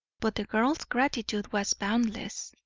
but the girl's gratitude was boundless.